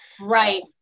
right